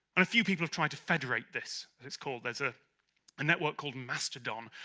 and a few people have tried to federate this it's called there's a. a network called and mastodon,